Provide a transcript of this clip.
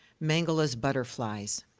mengele's butterflies.